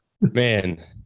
Man